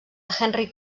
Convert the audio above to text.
henry